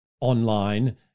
online